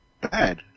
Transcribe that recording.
bad